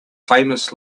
famous